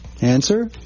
Answer